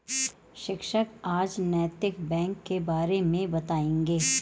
शिक्षक आज नैतिक बैंक के बारे मे बताएँगे